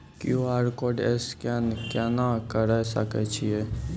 QR code scan केना करै सकय छियै?